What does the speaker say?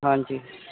ਹਾਂਜੀ